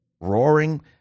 roaring